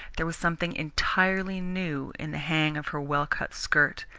there was something entirely new in the hang of her well-cut skirt,